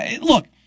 Look